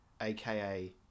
aka